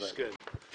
מסכן.